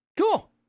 Cool